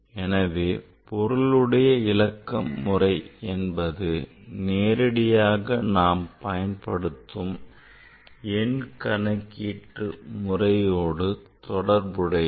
எனவே பொருளுடைய இலக்கமுறை என்பது நேரடியாக நாம் பயன்படுத்தும் எண் கணக்கீட்டு முறையோடு தொடர்புடையது